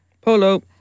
Polo